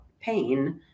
pain